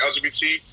lgbt